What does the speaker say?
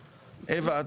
אווה,